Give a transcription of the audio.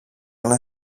ένα